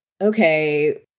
okay